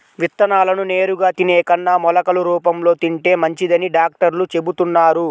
విత్తనాలను నేరుగా తినే కన్నా మొలకలు రూపంలో తింటే మంచిదని డాక్టర్లు చెబుతున్నారు